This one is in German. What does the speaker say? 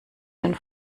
den